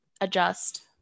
adjust